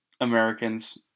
Americans